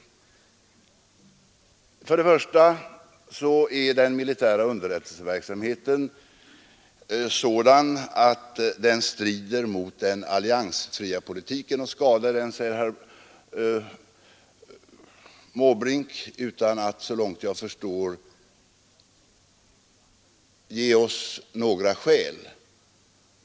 Till att börja med är den militära underrättelseverksamheten sådan att den strider mot den alliansfria politiken och skadar den, säger herr Måbrink, utan att — så långt jag förstår — ge oss några skäl.